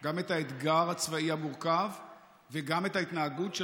גם את האתגר הצבאי המורכב וגם את ההתנהגות של